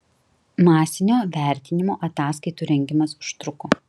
masinio vertinimo ataskaitų rengimas užtruko